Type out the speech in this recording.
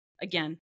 again